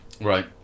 Right